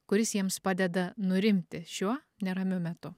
kuris jiems padeda nurimti šiuo neramiu metu